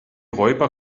räuber